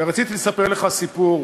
ורציתי לספר לך סיפור.